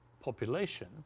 population